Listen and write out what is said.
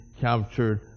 captured